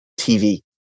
TV